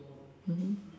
mmhmm